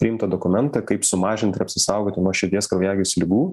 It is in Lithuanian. priimtą dokumentą kaip sumažint ir apsisaugoti nuo širdies kraujagyslių ligų